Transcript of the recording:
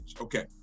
Okay